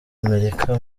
amerika